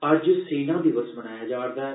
अज्ज सेना दिवस मनाया जा रदा ऐ